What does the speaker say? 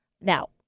Now